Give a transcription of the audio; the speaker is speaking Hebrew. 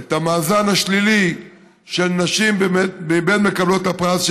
את המאזן השלילי של נשים מבין מקבלות הפרס,